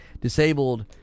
disabled